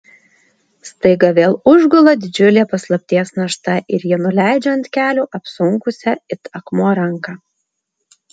staiga vėl užgula didžiulė paslapties našta ir ji nuleidžia ant kelių apsunkusią it akmuo ranką